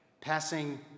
passing